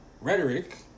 rhetoric